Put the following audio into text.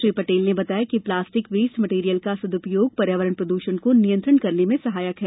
श्री पटेल ने बताया कि प्लास्टिक वेस्ट मटेरियल का सदुपयोग पर्यावरण प्रदूषण को नियंत्रण करने में सहायक है